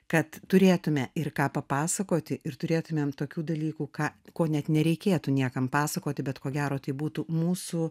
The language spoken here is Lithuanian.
kad turėtume ir ką papasakoti ir turėtumėm tokių dalykų ką ko net nereikėtų niekam pasakoti bet ko gero tai būtų mūsų